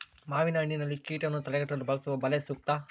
ಮಾವಿನಹಣ್ಣಿನಲ್ಲಿ ಕೇಟವನ್ನು ತಡೆಗಟ್ಟಲು ಯಾವ ಬಲೆ ಸೂಕ್ತ?